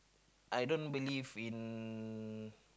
I don't believe in